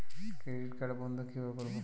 Credit card বন্ধ কিভাবে করবো?